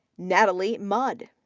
natalie mudd,